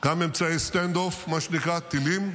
-- אמצעי standoff, מה שנקרא, טילים,